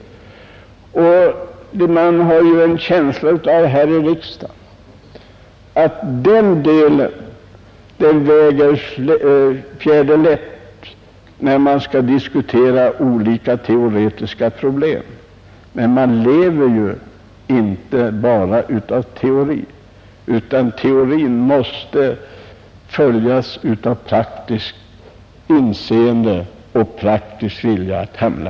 Man har här i riksdagen en känsla av att den delen väger fjäderlätt när man skall diskutera olika teoretiska problem. Men vi lever ju inte bara av teori, utan teorin måste följas av praktiskt inseende och praktisk vilja att handla.